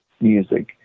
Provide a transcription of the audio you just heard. music